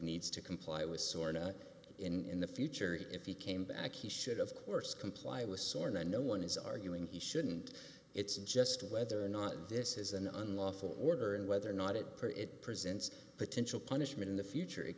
needs to comply was sort of in the future if he came back he should of course comply with soren and no one is arguing he shouldn't it's just whether or not this is an unlawful order and whether or not it perrett presents a potential punishment in the future it